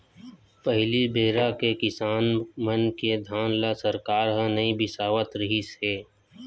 पहली बेरा के किसान मन के धान ल सरकार ह नइ बिसावत रिहिस हे